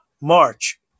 March